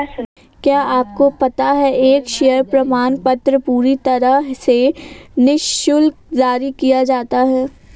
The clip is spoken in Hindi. क्या आपको पता है एक शेयर प्रमाणपत्र पूरी तरह से निशुल्क जारी किया जाता है?